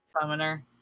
Summoner